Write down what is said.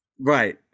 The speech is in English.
Right